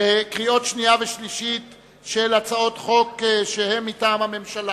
לקריאה שנייה וקריאה שלישית של הצעות חוק שהן מטעם הוועדה,